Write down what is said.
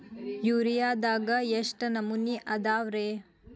ಯೂರಿಯಾದಾಗ ಎಷ್ಟ ನಮೂನಿ ಅದಾವ್ರೇ?